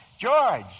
George